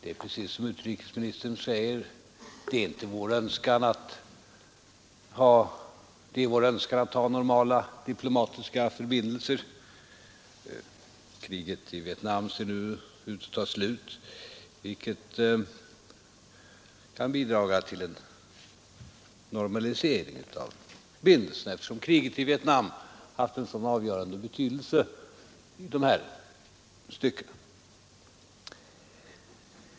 Precis som utrikesministern säger är det vår önskan att ha normala diplomatiska förbindelser. Kriget i Vietnam ser nu ut att ta slut, vilket kan bidra till en normalisering av förbindelserna, eftersom kriget i Vietnam haft en avgörande betydelse i dessa stycken.